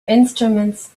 instruments